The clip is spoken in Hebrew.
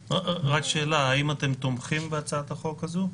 שאלה: האם אתם תומכים בהצעת החוק הזו?